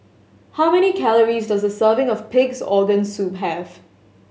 how many calories does a serving of Pig's Organ Soup have